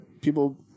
people